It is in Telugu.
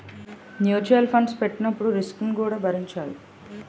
మ్యూటల్ ఫండ్స్ పెట్టేటప్పుడు రిస్క్ ను కూడా భరించాలి